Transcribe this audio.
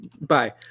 Bye